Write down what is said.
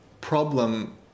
problem